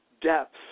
depth